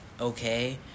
okay